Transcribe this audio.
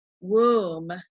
womb